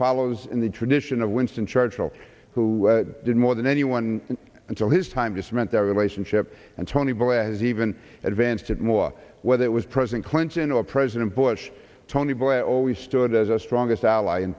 follows in the tradition of winston churchill who did more than anyone until his time to cement their relationship and tony blair has even advanced it more whether it was president clinton or president bush tony blair always stood as the strongest all